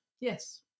Yes